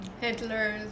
Hitler's